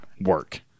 work